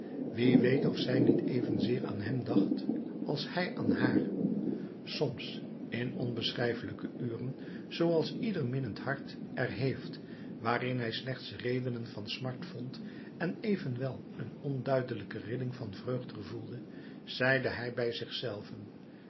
wie weet of zij niet evenzeer aan hem dacht als hij aan haar soms in onbeschrijfelijke uren zooals ieder minnend hart er heeft waarin hij slechts redenen van smart vond en evenwel een onduidelijke rilling van vreugd gevoelde zeide hij bij zich zelven